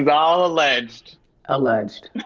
and all alleged alleged.